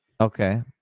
okay